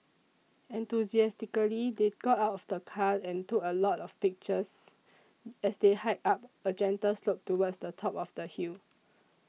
enthusiastically they got out of the car and took a lot of pictures as they hiked up a gentle slope towards the top of the hill